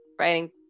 writing